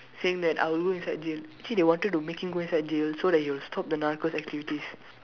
saying that I will go inside jail actually they wanted to make him go inside jail so that he will stop the narcos activities